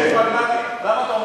אתה רואה שהוא פרגמטי?